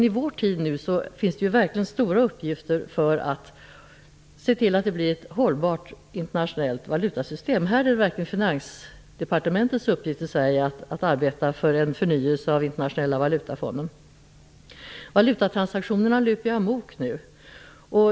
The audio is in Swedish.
I vår tid finns verkligen stora uppgifter när det gäller att se till att det skapas ett hållbart internationellt valutasystem. Här är det verkligen Finansdepartementets uppgift i Sverige att arbeta för en förnyelse av Internationella valutafonden. Valutatransaktionerna löper amok nu.